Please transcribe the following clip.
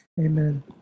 Amen